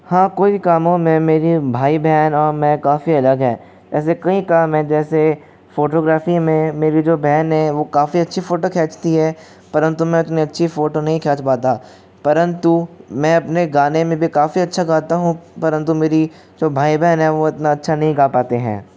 हाँ कोई कामों में मेरे भाई बहन और मैं काफ़ी अलग हैं ऐसे कई काम है जैसे फोटोग्राफी में मेरी जो बहन है वो काफ़ी अच्छी फोटो खिंचती हैं परंतु मैं उतनी अच्छी फोटो नहीं खींच पाता परंतु मैं अपने गाने में भी काफ़ी अच्छा गाता हूँ परंतु मेरी जो भाई बहन हैं वो इतना अच्छा नहीं गा पाते हैं